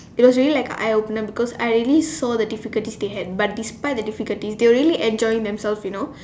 it was really like a eye opener because I already saw the difficulties they had but despite the difficulties they were really enjoying themselves you know